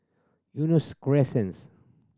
Eunos Crescents